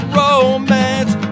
romance